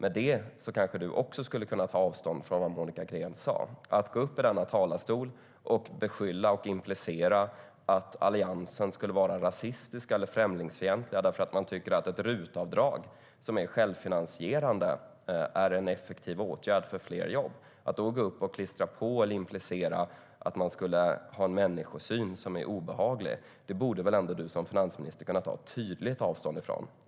Därmed kanske även finansministern skulle kunna göra det. Att gå upp i denna talarstol och implicit beskylla oss i Alliansen för att vara rasistiska eller främlingsfientliga därför att vi tycker att ett RUT-avdrag som är självfinansierande är en effektiv åtgärd för fler jobb, att implicit klistra på oss att vi skulle ha en obehaglig människosyn - det borde väl ändå du som finansminister kunna ta tydligt avstånd från?